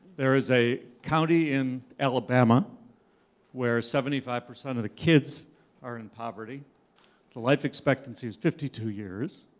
there is a county in alabama where seventy five percent of the kids are in poverty. the life expectancy is fifty two years.